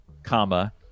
comma